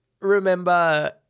remember